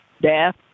death